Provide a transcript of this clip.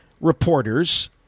reporters